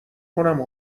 کنم